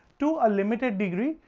to a limited degree,